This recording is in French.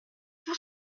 pour